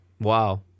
Wow